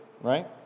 right